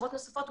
מחשבות נוספות,